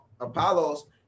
Apollo's